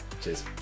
cheers